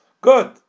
Good